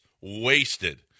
wasted